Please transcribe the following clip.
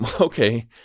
okay